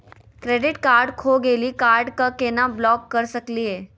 Credit card खो गैली, card क केना ब्लॉक कर सकली हे?